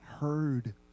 heard